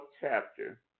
chapter